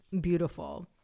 Beautiful